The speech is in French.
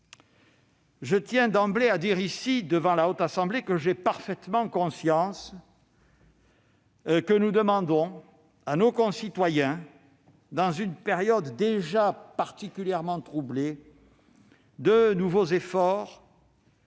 Je tiens d'emblée à dire devant la Haute Assemblée avoir parfaitement conscience que nous demandons à nos concitoyens, dans une période déjà particulièrement troublée, de nouveaux efforts